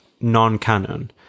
non-canon